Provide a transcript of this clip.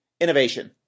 Innovation